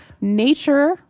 nature